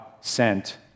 sent